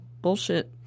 bullshit